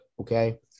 okay